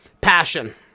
Passion